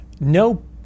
No